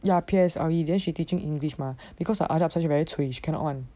ya P_S_L_E then she teaching english mah because her other subjects very cui she cannot [one]